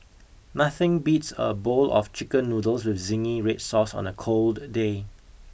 nothing beats a bowl of chicken noodles with zingy Red Sauce on a cold day